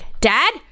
Dad